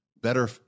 better